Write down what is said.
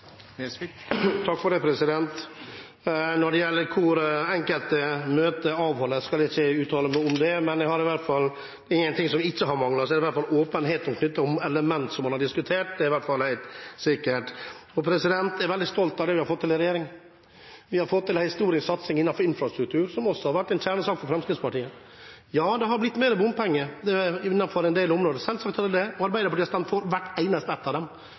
Nesvik å vera ansvarleg for denne snuoperasjonen til Framstegspartiet? Når det gjelder hvor enkelte møter avholdes, skal ikke jeg uttale meg om det. Er det noe som i hvert fall ikke har manglet, er det åpenhet knyttet til element man har diskutert. Det er i hvert fall helt sikkert. Jeg er veldig stolt av det vi har fått til i regjering. Vi har fått til en historisk satsing innenfor infrastruktur, som også har vært en kjernesak for Fremskrittspartiet. Ja, det har blitt mer bompenger innenfor en del områder. Selvsagt har det det. Og Arbeiderpartiet har stemt for hvert eneste ett av dem,